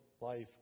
life